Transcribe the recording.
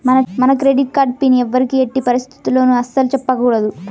మన credit card pin ఎవ్వరికీ ఎట్టి పరిస్థితుల్లోనూ అస్సలు చెప్పకూడదు